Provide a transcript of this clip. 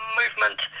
movement